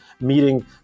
meeting